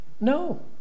no